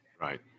Right